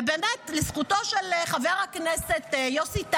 ולזכותו של חבר הכנסת יוסי טייב,